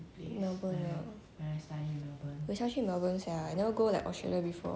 melbourne ya 我想去 melbourne sia I never go like australia before